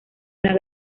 una